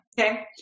okay